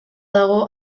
dago